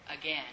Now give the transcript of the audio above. again